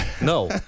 No